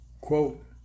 quote